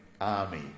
army